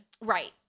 Right